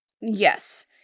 Yes